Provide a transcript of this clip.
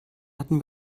hatten